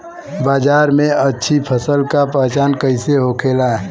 बाजार में अच्छी फसल का पहचान कैसे होखेला?